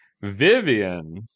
Vivian